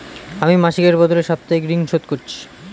আমি মাসিকের বদলে সাপ্তাহিক ঋন শোধ করছি